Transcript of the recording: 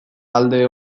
alde